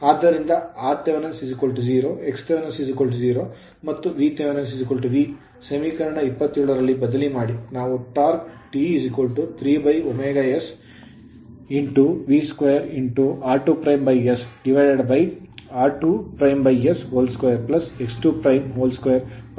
ಆದ್ದರಿಂದ rth 0 xth 0 ಮತ್ತು Vth V ಸಮೀಕರಣ 27 ರಲ್ಲಿ ಬದಲಿ ಮಾಡಿ ನಾವು torque torque T 3ωs V 2 r2s r2s2x22 ಪಡೆಯುತ್ತೇವೆ